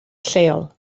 lleol